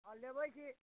हँ लेबै की